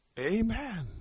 amen